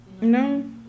No